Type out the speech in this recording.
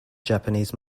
japanese